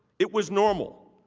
it was normal.